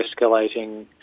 escalating